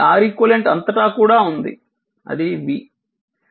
ఇది Req అంతటా కూడా అది v